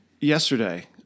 Yesterday